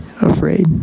afraid